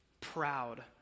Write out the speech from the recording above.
proud